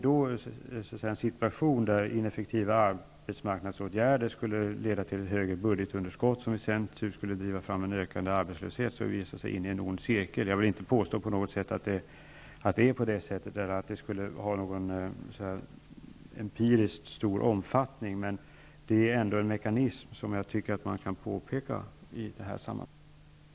Får vi då en situation där ineffektiva arbetsmarknadsåtgärder leder till ett högre budgetunderskott, som i sin tur skulle driva fram en ökad arbetslöshet, är vi så att säga inne i en ond cirkel. Jag vill inte på något sätt påstå att det är på det sättet eller att detta skulle ha någon empiriskt stor omfattning, men det är ändå en mekanism som man kan påpeka i det här sammanhanget, tycker jag.